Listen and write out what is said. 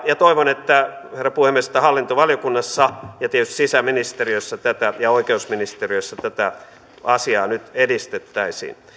ja toivon herra puhemies että hallintovaliokunnassa ja tietysti sisäministeriössä ja oikeusministeriössä tätä asiaa nyt edistettäisiin